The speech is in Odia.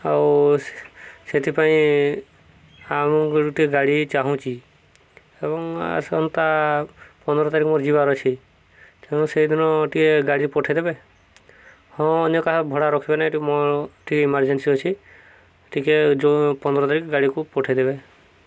ଆଉ ସେଥିପାଇଁ ଆମ ଟିକେ ଗାଡ଼ି ଚାହୁଁଛି ଏବଂ ଆସନ୍ତା ପନ୍ଦର ତାରିଖ ମୋର ଯିବାର ଅଛି ତେଣୁ ସେଇଦିନ ଟିକେ ଗାଡ଼ି ପଠେଇ ଦେବେ ହଁ ଅନ୍ୟ କାହା ଭଡ଼ା ରଖିବେ ନାହିଁ ଏଇଟି ମୋର ଟିକେ ଏମର୍ଜେନ୍ସି ଅଛି ଟିକେ ଯେଉଁ ପନ୍ଦର ତାରିଖ ଗାଡ଼ିକୁ ପଠେଇ ଦେବେ